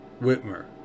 whitmer